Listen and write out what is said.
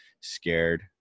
scared